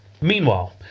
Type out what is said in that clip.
Meanwhile